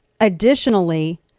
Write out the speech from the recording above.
additionally